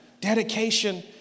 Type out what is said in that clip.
Dedication